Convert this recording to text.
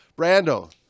Brando